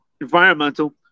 environmental